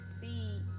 see